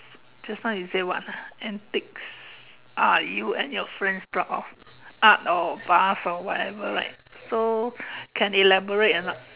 just now you say what ah antics are you and your friends proud of art or bath or whatever right so can elaborate or not